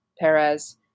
Perez